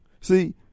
See